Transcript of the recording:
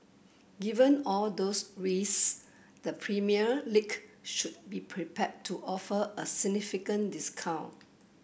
given all those risks the Premier League should be prepared to offer a significant discount